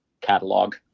catalog